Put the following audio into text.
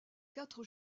quatre